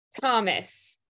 Thomas